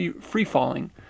free-falling